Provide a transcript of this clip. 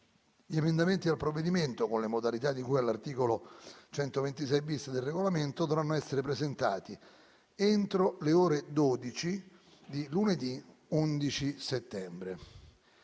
Gli emendamenti al provvedimento - con le modalità di cui all’articolo 126-bis del Regolamento - dovranno essere presentati entro le ore 12 di lunedì 11 settembre.